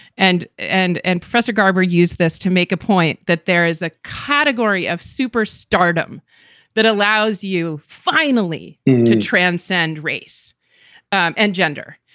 and and and professor garber used this to make a point that there is a category of superstardom that allows you finally to transcend race um and gender,